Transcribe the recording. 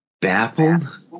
Baffled